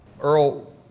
Earl